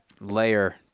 layer